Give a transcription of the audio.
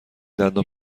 دندان